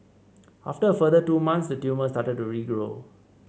after a further two months the tumour started to regrow